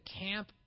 camp